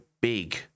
big